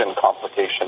complications